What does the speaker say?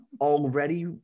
already –